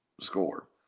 score